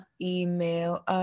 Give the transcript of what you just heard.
email